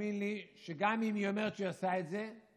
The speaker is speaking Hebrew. תאמין לי שגם אם היא אומרת שהיא עושה את זה,